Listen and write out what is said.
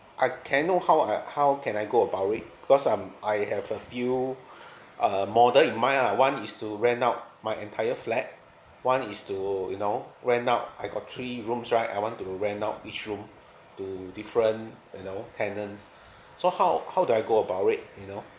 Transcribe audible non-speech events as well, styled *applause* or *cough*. I can I know how I how can I go about it because I'm I have a few *breath* uh model in mind lah one is to rent out my entire flat one is to you know rent out I got three rooms right I want to rent out each room to different you know tenants *breath* so how how do I go about it you know